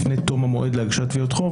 ועל מועד הדיון באישור התכנית בבית המשפט,